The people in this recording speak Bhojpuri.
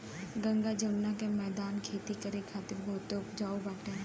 गंगा जमुना के मौदान खेती करे खातिर बहुते उपजाऊ बाटे